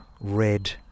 red